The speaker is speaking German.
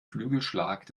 flügelschlag